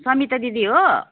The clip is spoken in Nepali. समिता दिदी हो